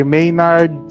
Maynard